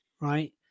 right